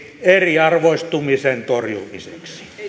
eriarvoistumisen torjumiseksi